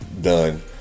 done